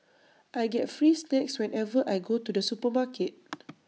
I get free snacks whenever I go to the supermarket